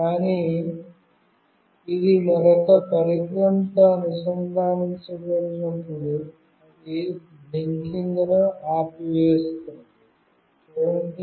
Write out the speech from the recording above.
కానీ ఇది మరొక పరికరంతో అనుసంధానించబడినప్పుడు అది బ్లింకింగ్ను ఆపివేస్తుంది